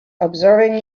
observing